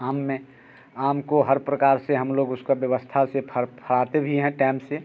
आम में आम को हर प्रकार से हम लोग उसको व्यवस्था से फराते भी हैं टैम से